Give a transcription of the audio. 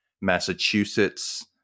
Massachusetts